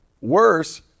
worse